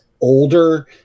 older